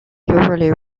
usually